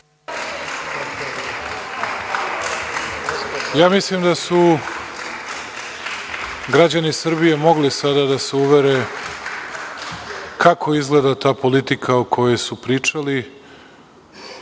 Ja mislim da su građani Srbije mogli sada da se uvere kako izgleda ta politika o kojoj su pričali